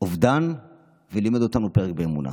אובדן ולימד אותנו פרק באמונה.